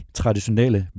traditionelle